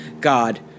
God